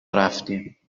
رفتیم